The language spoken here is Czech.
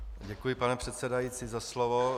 Děkuji, pane předsedající, za slovo.